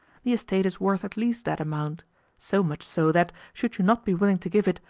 the estate is worth at least that amount so much so that, should you not be willing to give it,